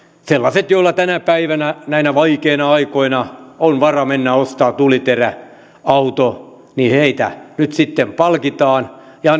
niitä joilla tänä päivänä näinä vaikeina aikoina on varaa mennä ostamaan tuliterä auto nyt sitten palkitaan ja